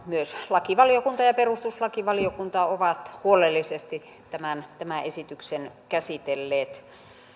myös lakivaliokunta ja perustuslakivaliokunta ovat huolellisesti tämän tämän esityksen käsitelleet